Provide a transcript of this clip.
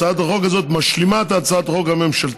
הצעת החוק הזאת משלימה את הצעת החוק הממשלתית